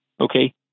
Okay